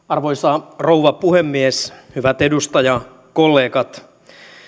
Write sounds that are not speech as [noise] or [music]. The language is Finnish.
[unintelligible] arvoisa rouva puhemies hyvät edustajakollegat